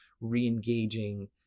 re-engaging